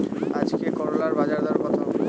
আজকে করলার বাজারদর কত?